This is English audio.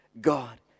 God